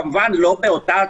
כמובן לא באותה הצורה,